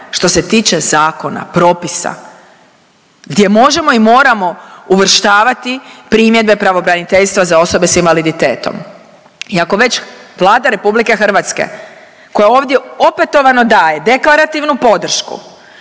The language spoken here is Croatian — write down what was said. što se tiče zakona, propisa gdje možemo i moramo uvrštavati primjedbe pravobraniteljstva za osobe s invaliditetom. I ako već Vlada RH koja ovdje opetovano daje deklarativnu podršku